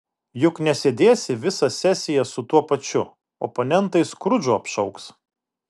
juk nesėdėsi visą sesiją su tuo pačiu oponentai skrudžu apšauks